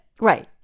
Right